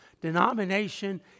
denomination